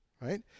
right